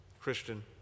Christian